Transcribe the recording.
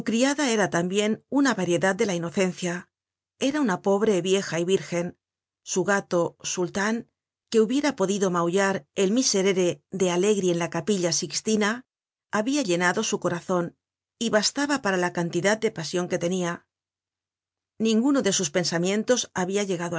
era tambien una variedad de la inocencia era una pobre vieja y virgen su gato sultan que hubiera podido maullar el miserere de allegri en la capilla sixtina habia llenado su corazon y bastaba para la cantidad de pasion que tenia ninguno de sus pensamientos habia llegado